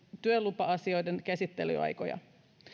työlupa asioiden käsittelyaikoja